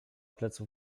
pleców